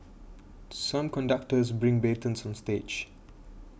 some conductors bring batons on stage